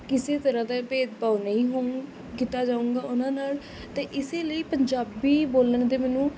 ਕਿਸੇ ਤਰ੍ਹਾਂ ਦਾ ਭੇਦਭਾਵ ਨਹੀਂ ਹੋਊਂ ਕੀਤਾ ਜਾਊਂਗਾ ਉਨ੍ਹਾਂ ਨਾਲ ਅਤੇ ਇਸ ਲਈ ਪੰਜਾਬੀ ਬੋਲਣ 'ਤੇ ਮੈਨੂੰ